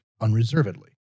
Unreservedly